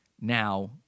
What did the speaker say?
Now